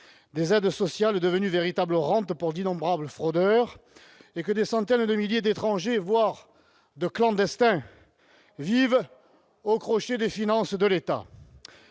des aides sociales, ... Oh !... devenues une véritable rente pour d'innombrables fraudeurs, et que des centaines de milliers d'étrangers- voire de clandestins -vivent aux crochets des finances de l'État